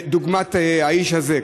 דוגמת האיש הזה,